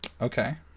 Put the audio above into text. Okay